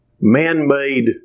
man-made